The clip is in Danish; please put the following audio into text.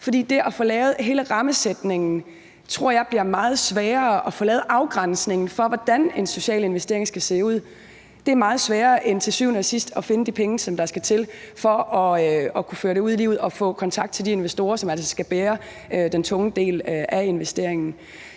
hvad angår at få lavet hele rammesætningen, så tror jeg, det bliver meget sværere at få lavet afgrænsningen for, hvordan en social investering skal se ud. Det er meget sværere end til syvende og sidst at finde de penge, som der skal til for at kunne føre det ud i livet og få kontakt til de investorer, som altså skal bære den tunge del af investeringen.